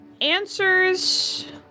answers